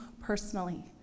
personally